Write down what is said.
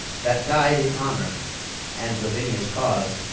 that died in honour and lavinia's cause.